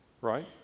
Right